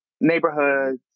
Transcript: Neighborhoods